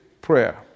prayer